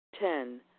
Ten